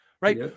right